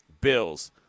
Bills